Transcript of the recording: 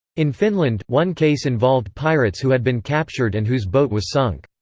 in finland, one case involved pirates who had been captured and whose boat was sunk.